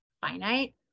finite